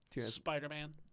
Spider-Man